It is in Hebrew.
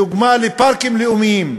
לדוגמה, לפארקים לאומיים.